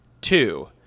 Two